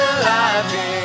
alive